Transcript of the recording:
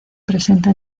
presenta